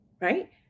Right